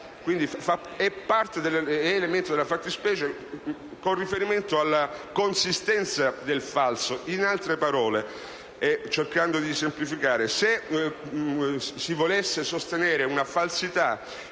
quindi, elemento della fattispecie con riferimento alla consistenza del falso. In altre parole, cercando di semplificare, se si volesse sostenere una falsità